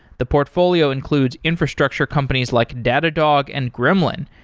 the portfolio includes infrastructure companies like datadog and gremlin,